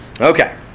Okay